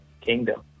kingdom